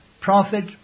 prophet